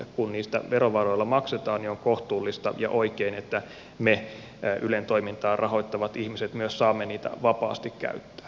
kun niistä verovaroilla maksetaan niin on kohtuullista ja oikein että me ylen toimintaa rahoittavat ihmiset myös saamme niitä vapaasti käyttää